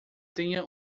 tenha